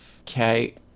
Okay